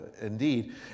indeed